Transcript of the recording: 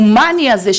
ההומאני הזה,